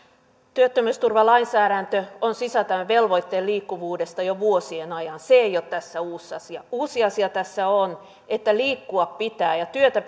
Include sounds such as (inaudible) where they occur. työttömyysturvalainsäädäntö on sisältänyt velvoitteen liikkuvuudesta jo vuosien ajan se ei ole tässä uusi asia uusi asia tässä on että liikkua pitää ja työtä (unintelligible)